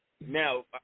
Now